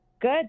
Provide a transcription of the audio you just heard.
Good